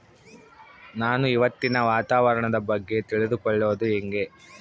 ನಾನು ಇವತ್ತಿನ ವಾತಾವರಣದ ಬಗ್ಗೆ ತಿಳಿದುಕೊಳ್ಳೋದು ಹೆಂಗೆ?